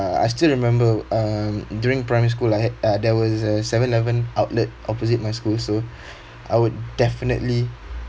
I still remember um during primary school I had uh there was a seven eleven outlet opposite my school so I would definitely